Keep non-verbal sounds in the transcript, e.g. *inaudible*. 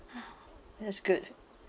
*breath* it's good